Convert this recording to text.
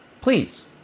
Please